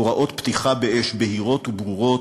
הוראות פתיחה באש בהירות וברורות,